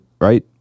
right